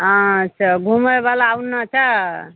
अच्छा घूमे बला ओनहो छै